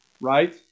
right